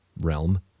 Realm